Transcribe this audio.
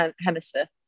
Hemisphere